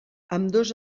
ambdós